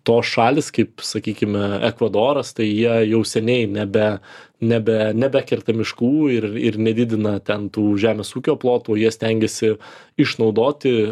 tos šalys kaip sakykime ekvadoras tai jie jau seniai nebe nebe nebekerta miškų ir ir nedidina ten tų žemės ūkio plotų o jie stengiasi išnaudoti